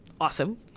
Awesome